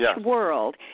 world